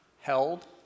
held